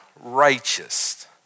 righteous